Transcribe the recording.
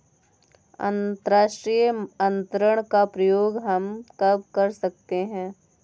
अंतर्राष्ट्रीय अंतरण का प्रयोग हम कब कर सकते हैं?